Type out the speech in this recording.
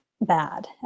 bad